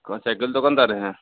कौन साइकिल दुकानदार हैं